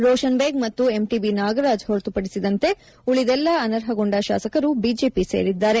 ರೋಷನ್ ಬೇಗ್ ಮತ್ತು ಎಂಟಿಬಿ ನಾಗರಾಜ್ ಹೊರತುಪದಿಸಿದಂತೆ ಉಳಿದೆಲ್ಲಾ ಅನರ್ಹಗೊಂಡ ಶಾಸಕರು ಬಿಜೆಪಿ ಸೇರಿದ್ದಾರೆ